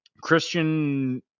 christian